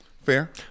Fair